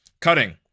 Cutting